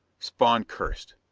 spawn cursed.